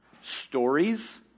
stories